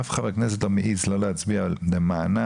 אף ח"כ לא מעז לא להצביע למענם,